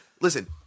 listen